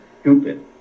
stupid